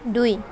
দুই